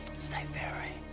stay very.